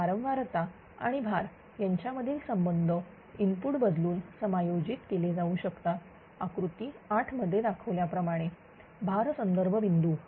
तर वारंवारता आणि भार यांच्यामधील संबंध इनपुट बदलून समायोजित केले जाऊ शकतात आकृती 8 मध्ये दाखवल्या प्रमाणे भार संदर्भ बिंदू